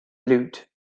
loot